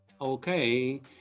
okay